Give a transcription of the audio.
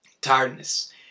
tiredness